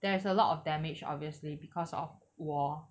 there is a lot of damaged obviously because of war